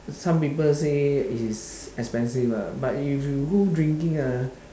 some people say it is expensive ah but if you go drinking ah